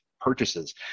purchases